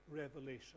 Revelation